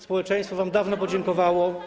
Społeczeństwo wam dawno podziękowało.